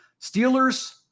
Steelers